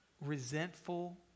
resentful